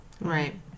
Right